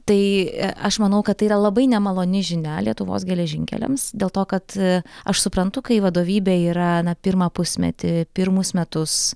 tai aš manau kad tai yra labai nemaloni žinia lietuvos geležinkeliams dėl to kad aš suprantu kai vadovybė yra na pirmą pusmetį pirmus metus